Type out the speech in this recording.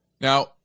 Now